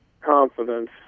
confidence